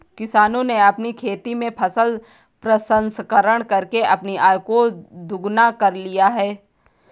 किसानों ने अपनी खेती में फसल प्रसंस्करण करके अपनी आय को दुगना कर लिया है